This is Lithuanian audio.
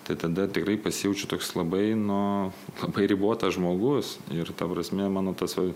tai tada tikrai pasijaučiu toks labai nu labai ribotas žmogus ir ta prasme mano tas va